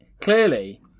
clearly